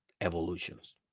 evolutions